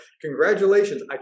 Congratulations